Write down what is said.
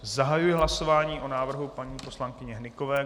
Zahajuji hlasování o návrhu paní poslankyně Hnykové.